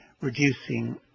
reducing